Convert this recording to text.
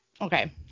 Okay